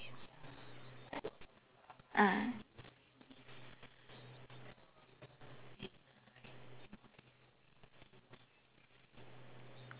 ah